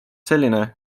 selline